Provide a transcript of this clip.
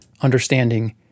understanding